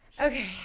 Okay